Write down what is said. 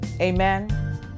Amen